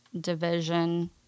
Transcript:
division